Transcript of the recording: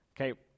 okay